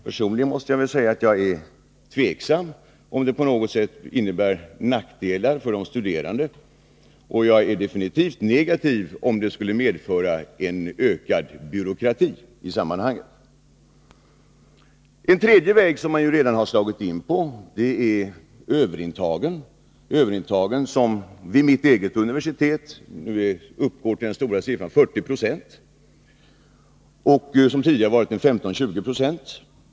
Personligen måste jag säga att jag är tveksam, om det på något sätt innebär nackdelar för de studerande och att jag är definitivt negativ om det skulle medföra en ökad byråkrati i sammanhanget. En tredje väg, som man redan har slagit in på, är överintagen. Vid mitt eget universitet uppgår de till 40 96 mot att tidigare ha varit 15-20 96.